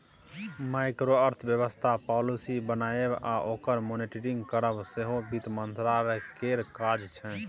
micro अर्थबेबस्था policy बनाएब आ ओकर मॉनिटरिंग करब सेहो बित्त मंत्रालय केर काज छै